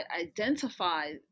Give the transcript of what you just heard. identify